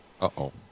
Uh-oh